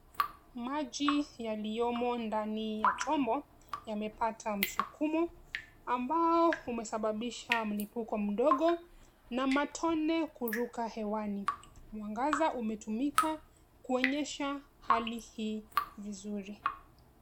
Maji yaliyomo ndani ya chumba yamepata msukumo ambao umesababisha mlipuko mdogo na matone kuruka angani. Mwangaza umetumika kuonyesha hali hii nzuri.